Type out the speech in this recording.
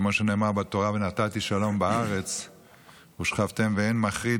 כמו שנאמר בתורה: "ונתתי שלום בארץ ושכבתם ואין מחריד".